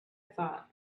thought